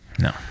No